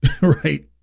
Right